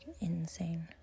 insane